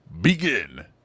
begin